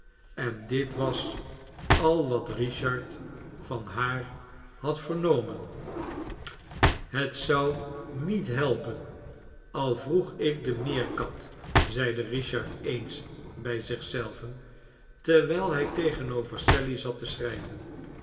en dit was al wat richard van haar had vernomen het zou niet helpen al vroeg ik de meerkat zeide rithard eens bij zich zelven terwijl hij tegenover sally zat te schrijven